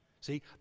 See